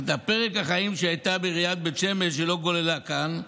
רק את פרק החיים שהיא הייתה בעיריית בית שמש היא לא גוללה כאן,